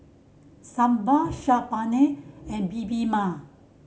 Sambar Saag Paneer and Bibimbap